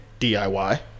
DIY